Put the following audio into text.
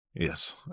Yes